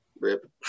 rip